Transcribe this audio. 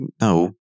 no